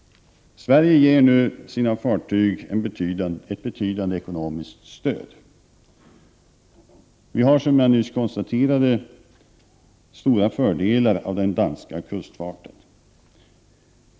Sverige ger nu sina fartyg ett betydande ekonomiskt stöd. Sverige har, som jag nyss konstaterade, stora fördelar av den danska kustfarten.